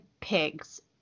pigs